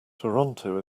toronto